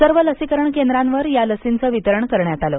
सर्व लसीकरण केंद्रांवर या लसींचं वितरण करण्यात आलं